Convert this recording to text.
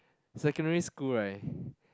secondary school right